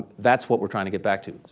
that's what we're trying to get back to.